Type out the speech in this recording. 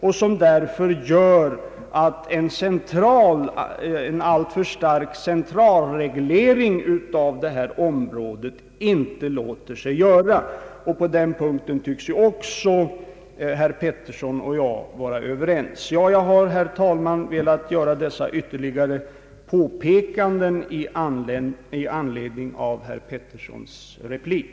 Sådana förhållanden gör att en alltför stark centralreglering av detta område inte låter sig göra. Men även på den punkten tycks ju herr Pettersson och jag vara överens. Jag har, herr talman, velat göra dessa ytterligare påpekanden i anledning av herr Petterssons replik.